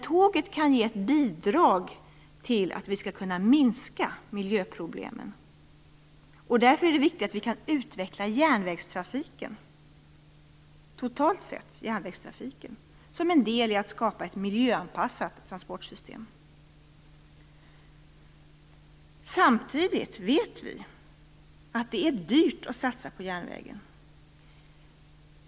Tåget kan dock ge ett bidrag till att vi skall kunna minska miljöproblemen. Därför är det viktigt att vi kan utveckla järnvägstrafiken totalt sett, som en del i att skapa ett miljöanpassat transportsystem. Samtidigt vet vi att det är dyrt att satsa på järnvägen.